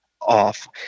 off